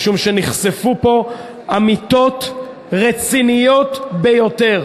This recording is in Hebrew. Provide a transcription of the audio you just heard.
משום שנחשפו פה אמיתות רציניות ביותר